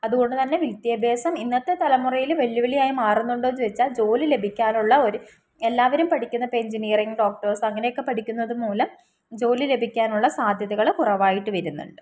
അതുകൊണ്ടുതന്നെ വിദ്യാഭ്യാസം ഇന്നത്തെ തലമുറയിൽ വെല്ലുവിളിയായി മാറുന്നുണ്ടോയെന്ന് ചോദിച്ചാൽ ജോലി ലഭിക്കാനുള്ള ഒരു എല്ലാവരും പഠിക്കുന്നപോലെ എഞ്ചിനിയറിംഗ് ഡോക്ടേഴ്സ് അങ്ങനെയൊക്കെ പഠിക്കുന്നതുമൂലം ജോലി ലഭിക്കാനുള്ള സാധ്യതകൾ കുറവായിട്ട് വരുന്നുണ്ട്